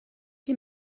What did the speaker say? die